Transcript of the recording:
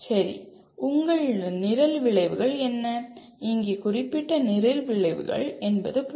சரி உங்கள் நிரல் விளைவுகள் என்ன இங்கே குறிப்பிட்ட நிரல் விளைவுகள் என்று பொருள்